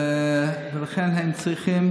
ולכן הם צריכים